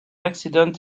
accident